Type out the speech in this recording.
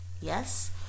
Yes